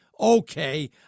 okay